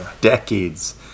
decades